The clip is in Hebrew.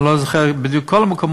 אני לא זוכר בדיוק את כל המקומות,